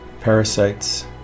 parasites